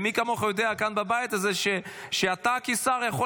מי כמוך יודע כאן בבית הזה שאתה כשר יכול